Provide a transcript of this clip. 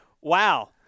wow